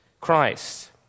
Christ